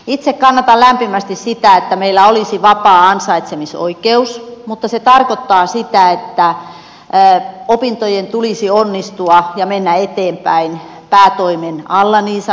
itse kannatan lämpimästi sitä että meillä olisi vapaa ansaitsemisoikeus mutta se tarkoittaa sitä että opintojen tulisi onnistua ja mennä eteenpäin niin sanotusti päätoimen alla nopeaa tempoa